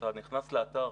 אתה נכנס לאתר,